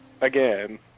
Again